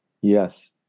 Yes